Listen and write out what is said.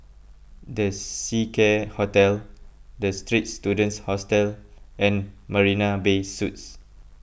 the Seacare Hotel the Straits Students Hostel and Marina Bay Suites